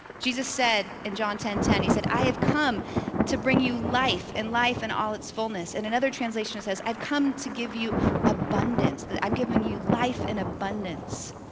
jesus said in john ten ten, he said, i have come to bring you life and life in all its fullness. in another translation it says, i come to give you abundance. i'm giving life in abundance.